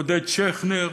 עודד שכנר,